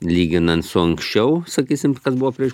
lyginant su anksčiau sakysim kas buvo prieš